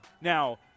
Now